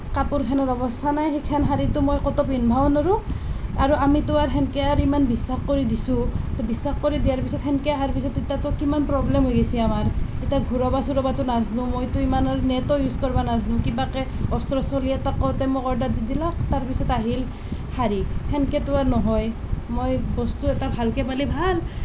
কাপোৰখনৰ অৱস্থা নাই সেইখন শাৰীতো মই কতো পিন্ধিবও নোৱাৰোঁ আৰু আমিতো আৰু সেনেকৈ আৰু ইমান বিশ্বাস কৰি দিছোঁ তো বিশ্বাস কৰি দিয়াৰ পিছত সেনেকৈ অহাৰ পিছত কিমান প্ৰব্লেম হৈ গৈছে আমাৰ এতিয়া ঘূৰাব চুৰাবতো নাজানো মইতো ইমান আৰু নেটো ইউজ কৰিব নাজানো কিবাকৈ ওচৰৰ ছোৱালী এটাক কওঁতে অৰ্ডাৰ দি দিলাক তাৰ পিছত আহিল শাৰী সেনেকেতো আৰু নহয় মই বস্তু এটা ভালকৈ পালে ভাল